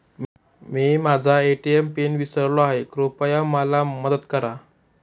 मी माझा ATM PIN विसरलो आहे, कृपया मला मदत करा